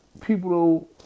people